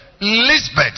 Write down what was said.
Lisbeth